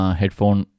headphone